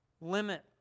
Limit